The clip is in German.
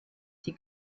sie